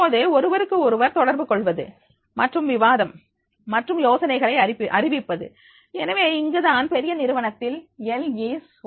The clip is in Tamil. இப்போது ஒருவருக்கொருவர் தொடர்பு கொள்வது மற்றும் விவாதம் மற்றும் யோசனைகளை அறிவிப்பது எனவே இங்குதான் பெரிய நிறுவனத்தில் எல்லீஸ் L